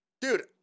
dude